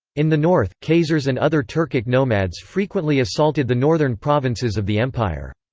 in the north, khazars and other turkic nomads frequently assaulted the northern provinces of the empire.